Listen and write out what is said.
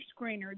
screener